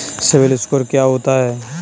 CIBIL score क्या होता है?